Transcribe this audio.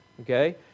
okay